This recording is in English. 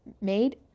made